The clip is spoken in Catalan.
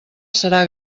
serà